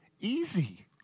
easy